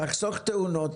תחסוך תאונות,